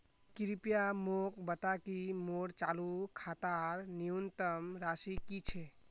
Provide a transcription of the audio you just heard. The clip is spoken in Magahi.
कृपया मोक बता कि मोर चालू खातार न्यूनतम राशि की छे